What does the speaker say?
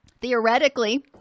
Theoretically